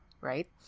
right